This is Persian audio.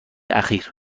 اخیر